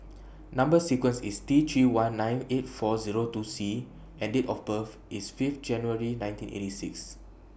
Number sequence IS T three one nine eight four Zero two C and Date of birth IS Fifth January nineteen eighty six